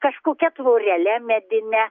kažkokia tvorele medine